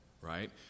Right